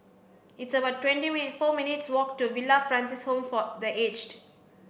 it's about twenty minute four minutes' walk to Villa Francis Home for the Aged